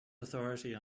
authority